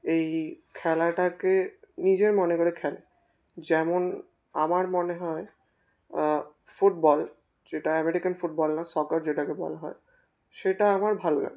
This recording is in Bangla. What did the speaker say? এই খেলাটাকে নিজের মনে করে খেলে যেমন আমার মনে হয় ফুটবল যেটা আমেরিকান ফুটবল না সকার যেটাকে বলা হয় সেটা আমার ভালো লাগে